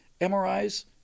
MRIs